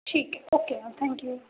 ठीक आहे okay ma'am thank you